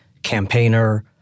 campaigner